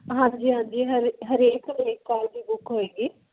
ਹਾਂਜੀ ਹਾਂਜੀ ਹਰ ਹਰੇਕ ਦੀ ਬੁੱਕ ਹੋਏਗੀ